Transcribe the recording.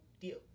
deal